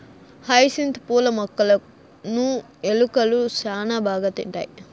hyacinth పూల మొక్కలును ఎలుకలు శ్యాన బాగా తింటాయి